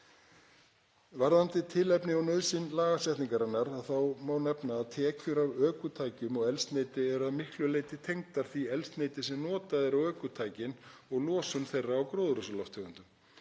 Varðandi tilefni og nauðsyn lagasetningarinnar má nefna að tekjur af ökutækjum og eldsneyti eru að miklu leyti tengdar því eldsneyti sem notað er á ökutækin og losun þeirra á gróðurhúsalofttegundum.